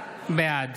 בעד